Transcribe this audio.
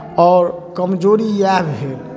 आओर कमजोरी इएह भेल